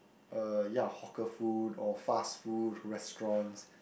uh ya hawker food or fast food restaurants